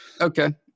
Okay